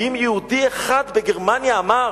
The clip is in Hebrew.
האם יהודי אחד בגרמניה אמר: